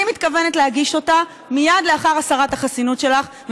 אני מתכוונת להגיש אותה מייד לאחר הסרת החסינות שלך,